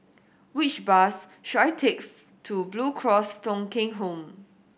which bus should I takes to Blue Cross Thong Kheng Home